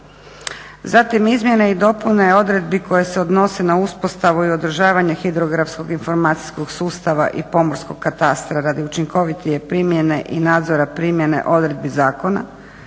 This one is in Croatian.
Zatim izmjene i dopune odredbi koje se odnose na uspostavu i odražavanje hidrografskog informacijskog sustava i pomorskog katastra radi učinkovitije primjene i nadzora primjene odredbi zakona